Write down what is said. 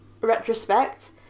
retrospect